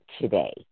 today